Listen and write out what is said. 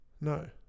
No